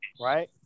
right